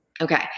Okay